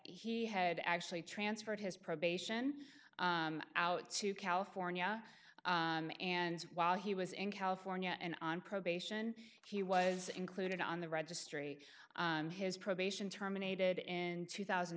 he had actually transferred his probation out to california and while he was in california and on probation he was included on the registry his probation terminated in two thousand